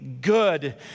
good